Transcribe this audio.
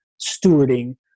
stewarding